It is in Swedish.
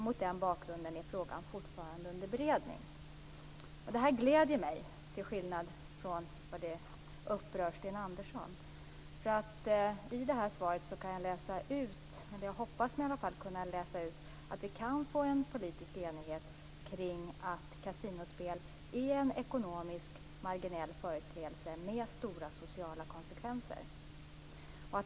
Mot den bakgrunden är frågan fortfarande under beredning. Detta gläder mig, till skillnad från hur detta upprör Sten Andersson. I svaret hoppas jag kunna läsa ut att vi kan få en politisk enighet kring att kasinospel är en marginell ekonomisk företeelse med stora sociala konsekvenser.